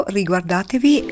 riguardatevi